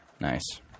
Nice